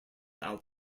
out